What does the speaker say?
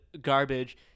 garbage